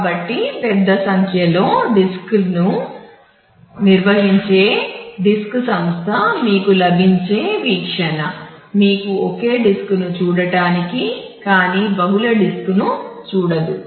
కాబట్టి పెద్ద సంఖ్యలో డిస్క్ సంస్థ మీకు లభించే వీక్షణ మీకు ఒకే డిస్క్ను చూడటానికి కానీ బహుళ డిస్క్ను చూడదు